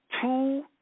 two